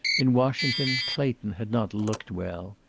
in washington clayton had not looked well.